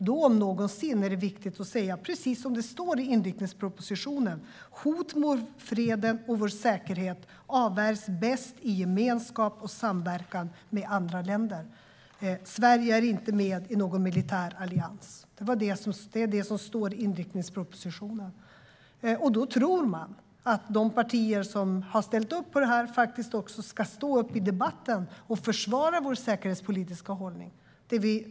Då om någonsin är det viktigt att säga det som står i inriktningspropositionen: "Hot mot freden och vår säkerhet avvärjs bäst i gemenskap och samverkan med andra länder. Sverige är inte med i någon militär allians." Det är det som står i inriktningspropositionen, och man kan tro att de partier som har ställt upp på detta faktiskt också ska stå upp i debatten och försvara vår säkerhetspolitiska hållning.